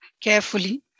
carefully